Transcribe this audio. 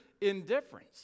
indifference